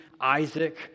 Isaac